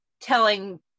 telling